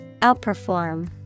Outperform